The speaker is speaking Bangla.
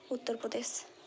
উত্তরপ্রদেশ